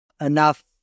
enough